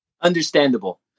Understandable